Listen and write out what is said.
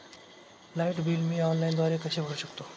Light bill मी ऑनलाईनद्वारे कसे भरु शकतो?